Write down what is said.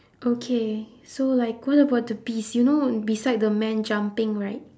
okay so like what about the bees you know beside the man jumping right